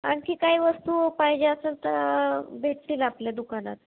आणखी काही वस्तू पाहिजे असेल तर भेटतील आपल्या दुकानात